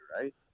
right